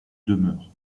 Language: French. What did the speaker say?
demeure